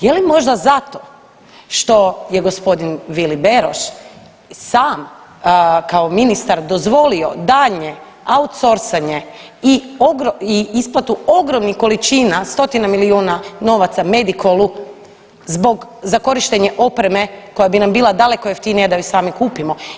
Je li možda zato što je gospodin Vili Beroš sam kao ministar dozvolio daljnje outsoursanje i isplatu ogromnih količina, stotine milijuna novaca Medikolu zbog za korištenje opreme koja bi nam bila daleko jeftinija da ju sami kupimo?